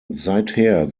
seither